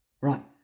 Right